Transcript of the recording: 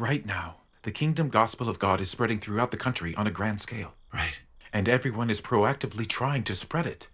right now the kingdom gospel of god is spreading throughout the country on a grand scale right and everyone is proactively trying to spread it